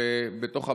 בתוך הבית,